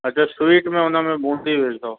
अच्छा स्वीट में हुन में बूंदी विझंदव